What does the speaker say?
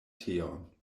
teon